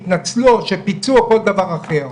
התנצלו או פיצו או כל דבר אחר.